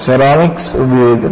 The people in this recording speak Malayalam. സെറാമിക്സ് ഉപയോഗിക്കുന്നു